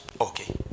Okay